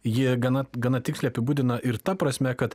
ji gana gana tiksliai apibūdina ir ta prasme kad